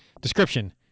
Description